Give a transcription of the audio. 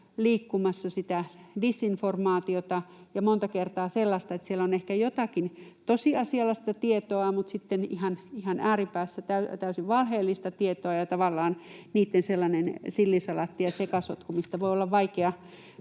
liikkumassa sitä disinformaatiota ja monta kertaa sellaista, että siellä on ehkä jotakin tosiasiallista tietoa mutta sitten ihan ääripäässä täysin valheellista tietoa ja tavallaan niitten sellainen sillisalaatti ja sekasotku, mistä voi olla vaikea